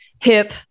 hip